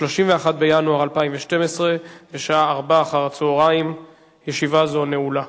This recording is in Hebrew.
31 בינואר 2012, בשעה 16:00. ישיבה זו נעולה.